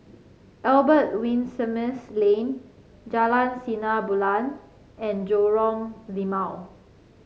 Albert Winsemius Lane Jalan Sinar Bulan and Lorong Limau